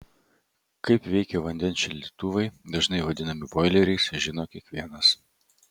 kaip veikia vandens šildytuvai dažnai vadinami boileriais žino kiekvienas